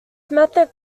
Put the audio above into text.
method